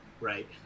Right